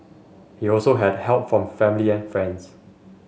he also had help from family and friends